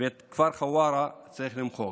את כפר חווארה צריך למחוק,